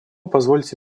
позвольте